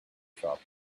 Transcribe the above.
shop